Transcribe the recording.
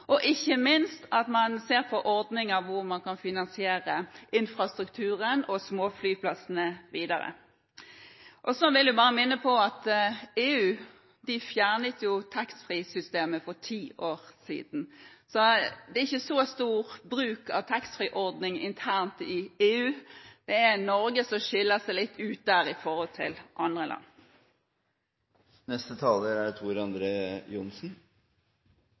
og ikke minst at man ser på ordninger for hvordan man kan finansiere infrastrukturen og småflyplassene videre. Så vil jeg bare minne om at man i EU fjernet taxfree-systemet for ti år siden. Det er ikke så stor bruk av taxfree-ordning internt i EU. Det er Norge som skiller seg litt ut der i forhold til andre